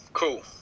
cool